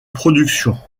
production